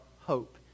hope